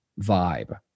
vibe